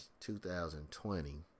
2020